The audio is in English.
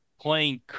playing